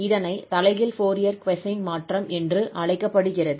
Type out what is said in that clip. இதனை தலைகீழ் Fourier cosine மாற்றம் என்று அழைக்கப்படுகிறது